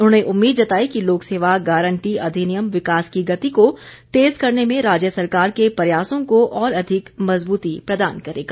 उन्होंने उम्मीद जताई कि लोक सेवा गारंटी अधिनियम विकास की गति को तेज़ करने में राज्य सरकार के प्रयासों को और अधिक मज़बूती प्रदान करेगा